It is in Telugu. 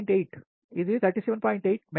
8 ఇది 37